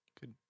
good